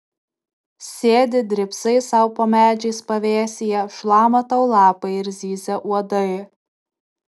sėdi drybsai sau po medžiais pavėsyje šlama tau lapai ir zyzia uodai